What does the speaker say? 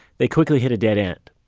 they quickly hit a dead end.